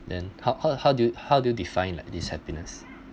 then how how how do you how do you define like this happiness